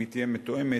אם היא תהיה מתואמת,